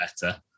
better